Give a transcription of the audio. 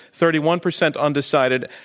thirty one percent undecided.